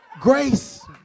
Grace